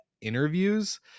interviews